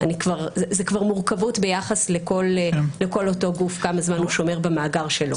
זו כבר מורכבות ביחס לכל אותו גוף כמה זמן הוא שומר במאגר שלו.